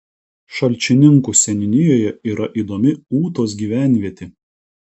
šalčininkų seniūnijoje yra įdomi ūtos gyvenvietė